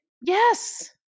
Yes